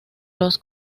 los